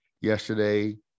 yesterday